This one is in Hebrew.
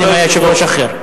קודם היה יושב-ראש אחר.